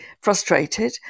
frustrated